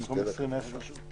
ובמקום "20" "10".